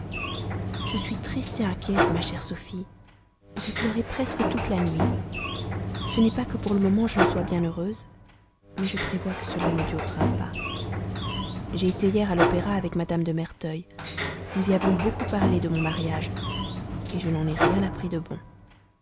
je suis triste inquiète ma chère sophie j'ai pleuré presque toute la nuit ce n'est pas que pour le moment je ne sois bien heureuse mais je prévois que cela ne durera pas j'ai été hier à l'opéra avec mme de merteuil nous y avons beaucoup parlé de mon mariage je n'en ai appris rien de bon